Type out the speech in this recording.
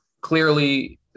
Clearly